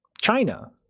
China